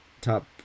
top